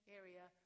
area